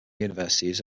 universities